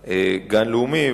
על גן לאומי,